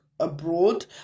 Abroad